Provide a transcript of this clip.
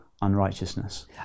unrighteousness